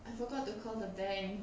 I forgot to call the bank